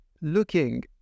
looking